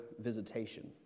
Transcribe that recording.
visitation